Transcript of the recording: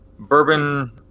Bourbon